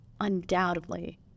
undoubtedly